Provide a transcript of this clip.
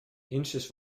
inches